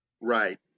Right